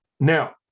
Now